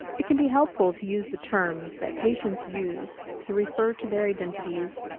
it can be helpful to use the terms that patients use to refer to their identities,